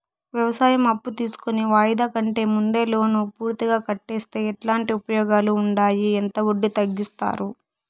వ్యవసాయం అప్పు తీసుకొని వాయిదా కంటే ముందే లోను పూర్తిగా కట్టేస్తే ఎట్లాంటి ఉపయోగాలు ఉండాయి? ఎంత వడ్డీ తగ్గిస్తారు?